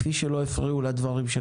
כפי שלא הפריעו לך.